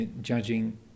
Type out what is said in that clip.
judging